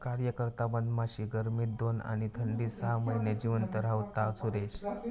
कार्यकर्ता मधमाशी गर्मीत दोन आणि थंडीत सहा महिने जिवंत रव्हता, सुरेश